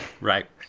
Right